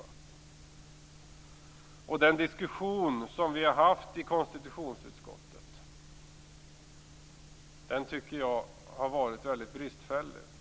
Jag tycker att den diskussion som vi har haft i konstitutionsutskottet har varit väldigt bristfällig.